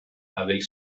avec